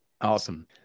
Awesome